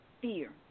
fear